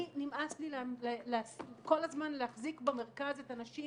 לי נמאס כל הזמן להחזיק במרכז את הנשים